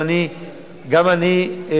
גם אני,